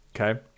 Okay